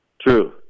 True